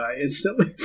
instantly